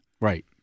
Right